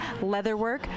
leatherwork